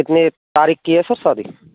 कितने तारीख की है सर शादी